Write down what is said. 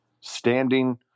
standing